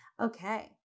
okay